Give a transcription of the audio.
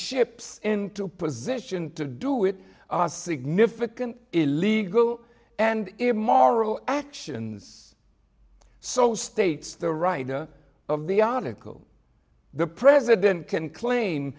ships into position to do it significant illegal and immoral actions so states the writer of the article the president can claim